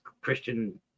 Christian